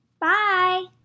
bye